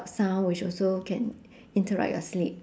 sound which also can interrupt your sleep